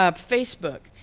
ah facebook.